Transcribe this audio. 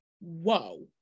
whoa